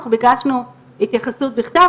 אנחנו ביקשנו התייחסות בכתב,